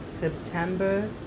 September